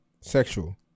Sexual